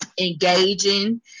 engaging